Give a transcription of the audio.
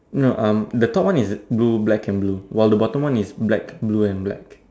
no um the top one is blue black and blue while the bottom one is black blue and black